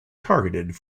targeted